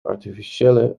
artificiële